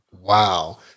Wow